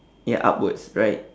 ya upwards right